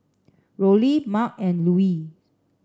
Rollie Marc and Lewis